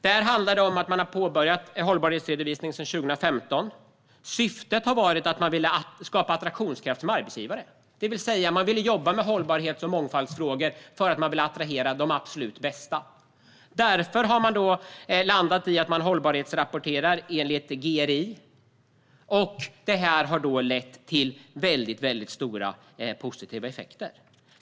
Där påbörjade man hållbarhetsredovisning 2015. Syftet har varit att skapa attraktionskraft som arbetsgivare, det vill säga man ville jobba med hållbarhet och mångfaldsfrågor för att attrahera de absolut bästa. Företaget har därför landat i att hållbarhetsrapportera enligt GRI, och detta har lett till stora positiva effekter.